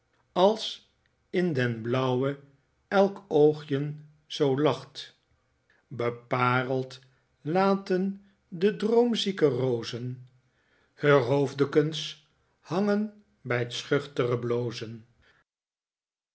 als in den blauwe elk oogjen zoo lacht bepaereld laten de droomzieke rozen heur hoofdekens hangen bij t schuchtere blozen